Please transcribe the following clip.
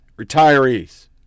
Retirees